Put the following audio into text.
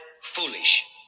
foolish